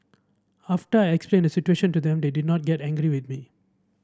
after I explain the situation to them they did not get angry with me